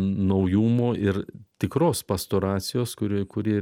naujumo ir tikros pastoracijos kuri kuri